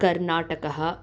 कर्नाटकः